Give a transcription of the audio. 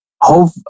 hope